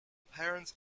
parents